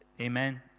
Amen